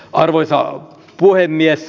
arvoisa puhemies